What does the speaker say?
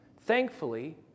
Thankfully